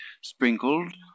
sprinkled